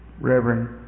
Reverend